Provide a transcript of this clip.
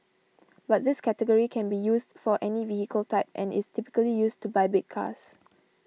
but this category can be used for any vehicle type and is typically used to buy big cars